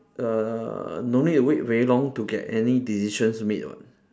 err no need to wait very long to get any decisions made [what]